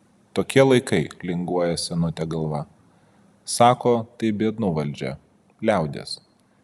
tokie laikai linguoja senutė galva sako tai biednų valdžia liaudies